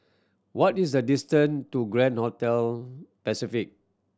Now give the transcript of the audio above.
what is the distant to Grand Hotel Pacific